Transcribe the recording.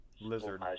lizard